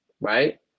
Right